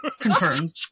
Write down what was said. Confirmed